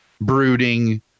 brooding